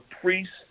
priests